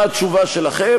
מה התשובה שלכם?